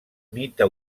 mite